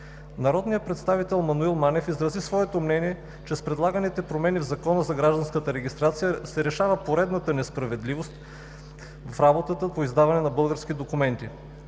Народният представител Мануил Манев изрази своето мнение, че с предлаганите промени в Закона за гражданската регистрация се решава поредната несправедливост в работата по издаване на български документи.